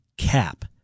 Cap